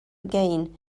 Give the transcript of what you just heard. again